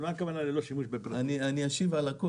אני אשיב על הכול.